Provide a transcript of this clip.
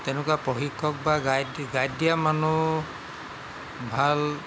তেনেকুৱা প্ৰশিক্ষক বা গইড গাইড দিয়া মানুহ ভাল